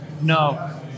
no